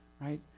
Right